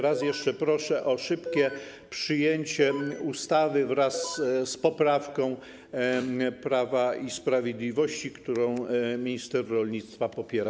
Raz jeszcze proszę o szybkie przyjęcie ustawy wraz z poprawką Prawa i Sprawiedliwości, którą minister rolnictwa popiera.